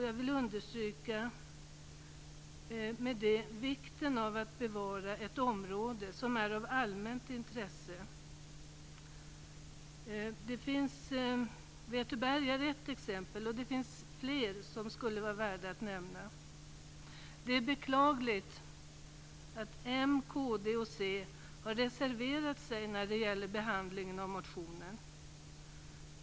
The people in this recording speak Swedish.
Jag vill understryka vikten av att bevara ett område som är av allmänt intresse. Vätöberg är ett exempel, och det finns fler som skulle vara värda att nämna. Det är beklagligt att m, kd och c har reserverat sig mot behandlingen av motionen.